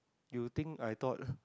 you think I thought